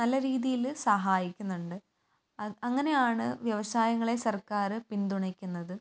നല്ല രീതിയിൽ സഹായിക്കുന്നുണ്ട് അങ്ങനെയാണ് വ്യവസായങ്ങളെ സർക്കാർ പിന്തുണക്കുന്നത്